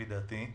לפי דעתי.